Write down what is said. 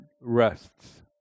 rests